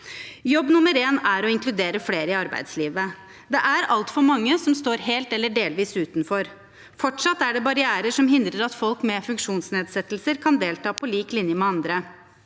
Jobb nummer én er å inkludere flere i arbeidslivet. Det er altfor mange som står helt eller delvis utenfor. Fortsatt er det barrierer som hindrer at folk med funksjonsnedsettelser kan delta på lik linje med andre.